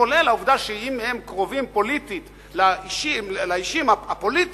כולל העובדה שאם הם קרובים פוליטית לאישים הפוליטיים,